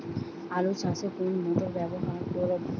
আলু চাষে কোন মোটর ব্যবহার করব?